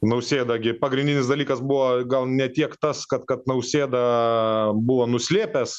nausėda gi pagrindinis dalykas buvo gal ne tiek tas kad kad nausėda buvo nuslėpęs